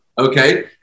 Okay